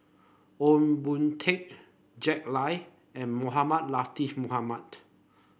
Ong Boon Tat Jack Lai and Mohamed Latiff Mohamed